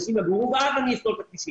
אנשים יגורו ואז אני אסלול את הכבישים.